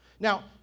Now